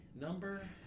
number